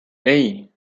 hey